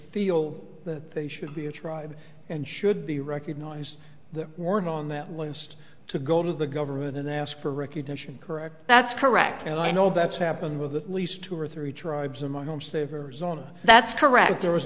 feel that they should be a tribe and should be recognized that weren't on that list to go to the government and ask for recognition correct that's correct and i know that's happened with the least two or three tribes in my home state of arizona that's correct there